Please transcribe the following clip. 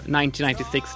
1996